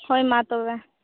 ᱦᱳᱭ ᱢᱟ ᱛᱚᱵᱮ